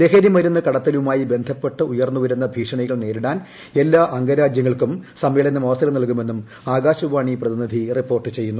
ലഹരി മരുന്ന് കടത്തലുമായി ബന്ധപ്പെട്ട് ഉയർന്ന് വരുന്ന ഭീഷണികൾ നേരിടാൻ എല്ലാ അംഗരാജ്യങ്ങൾക്കും സമ്മേളനം അവസരം നൽകുമെന്നും ആകാശവാണി പ്രതിനിധി റിപ്പോർട്ട് ചെയ്യുന്നു